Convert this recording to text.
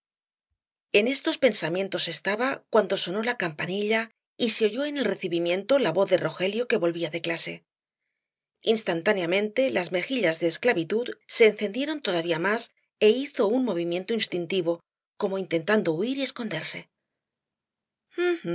en estos pensamientos estaba cuando sonó la campanilla y se oyó en el recibimiento la voz de rogelio que volvía de clase instantáneamente las mejillas de esclavitud se encendieron todavía más é hizo un movimiento instintivo como intentando huir y esconderse